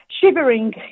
shivering